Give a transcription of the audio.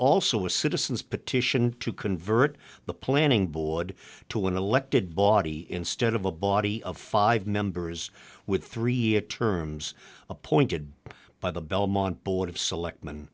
also a citizen's petition to convert the planning board to an elected body instead of a body of five members with three terms appointed by the belmont board of select